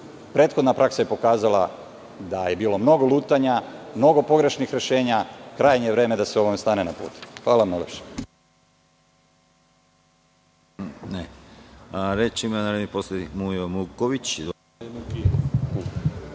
Prethodna praksa je pokazala da je bilo mnogo lutanja, mnogo pogrešnih rešenja. Krajnje je vreme da se ovome stane na put. Hvala.